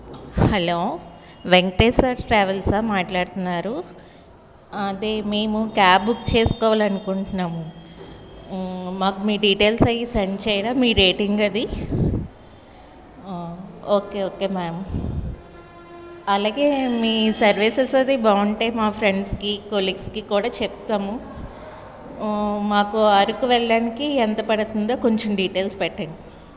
hello Venkateswara ట్రావెల్సా మాట్లాడుతున్నారు అదే మేము క్యాబ్ బుక్ చేసుకోవాలి అనుకుంటున్నాము మాకు మీ డీటైల్స్ అవిసెండ్ చేయరా మీ రేటింగ్ అది ఓకే ఓకే మ్యామ్ అలాగే మీ సర్వీసెస్ అది బాగుంటే మా ఫ్రెండ్స్కి కొలీగ్స్కి కూడా చెప్తాము మాకు అరకు వెళ్ళడానికి ఎంత పడుతుందో కొంచెం డీటైల్స్ పెట్టండి